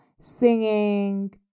singing